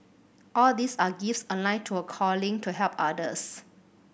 all these are gifts align to a calling to help others